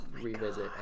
revisit